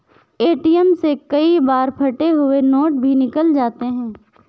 ATM से कई बार फटे हुए नोट भी निकल जाते हैं